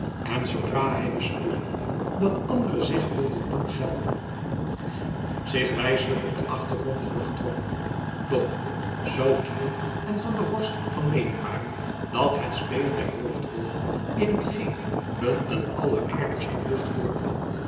en zoodra hy bespeurde dat anderen zich wilden doen gelden zich wij slijk op den achtergrond terug getrokken doch zoo kievit en van der horst van meening waren dat het spelen der hoofdrollen in t geen hun een alleraardigste klucht voorkwam